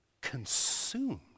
consumed